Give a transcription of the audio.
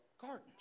gardens